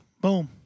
Boom